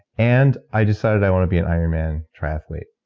and i decided i want to be an ironman triathlete.